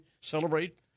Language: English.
celebrate